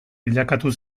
bilakatu